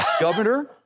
Governor